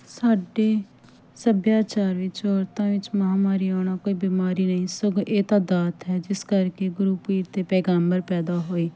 ਸਾਡੇ ਸੱਭਿਆਚਾਰ ਵਿੱਚ ਔਰਤਾਂ ਵਿੱਚ ਮਹਾਂਮਾਰੀ ਆਉਣਾ ਕੋਈ ਬਿਮਾਰੀ ਨਹੀਂ ਸਗੋਂ ਇਹ ਤਾਂ ਦਾਤ ਹੈ ਜਿਸ ਕਰਕੇ ਗੁਰੂ ਪੀਰ ਅਤੇ ਪੈਗੰਬਰ ਪੈਦਾ ਹੋਏ